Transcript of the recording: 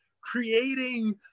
creating